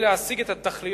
תודה.